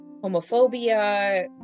homophobia